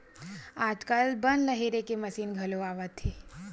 आजकाल बन ल हेरे के मसीन घलो आवत हे